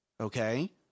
Okay